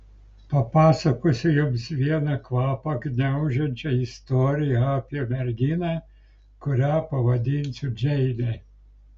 papasakosiu jums vieną kvapą gniaužiančią istoriją apie merginą kurią pavadinsiu džeine